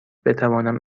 بتوانم